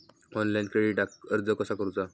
Online क्रेडिटाक अर्ज कसा करुचा?